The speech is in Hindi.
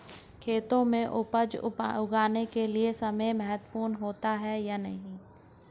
खेतों में उपज उगाने के लिये समय महत्वपूर्ण होता है या नहीं?